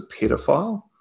pedophile